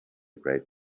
great